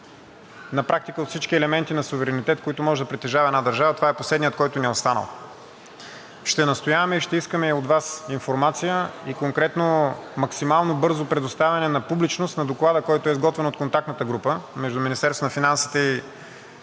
на практика от всички елементи на суверенитет, които може да притежава една държава, това е последният, който ни е останал. Ще настояваме и ще искаме от Вас информация и конкретно максимално бързо предоставяне на публичност на доклада, който е изготвен от контактната група между Министерството на финансите и